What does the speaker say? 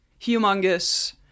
Humongous